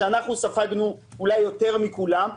שאז אנחנו ספגנו אולי יותר מכולם?